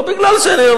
לא מפני שאני,